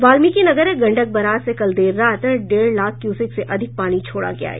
Valmikinagar Gandak barrage से कल देर रात डेढ़ लाख क्यूसेक से अधिक पानी छोड़ा गया है